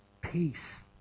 peace